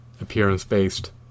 appearance-based